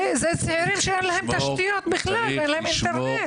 ויש אנשים שאין להם תשתיות בכלל, אין להם אינטרנט.